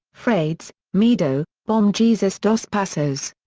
frades, medo, bom jesus dos passos.